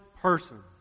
person